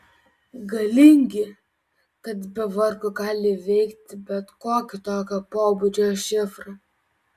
galingi kad be vargo gali įveikti bet kokį tokio pobūdžio šifrą